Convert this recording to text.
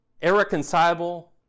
irreconcilable